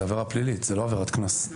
זה עבירה פלילית, זה לא עבירת קנס.